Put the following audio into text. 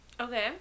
Okay